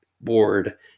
board